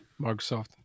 Microsoft